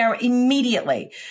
immediately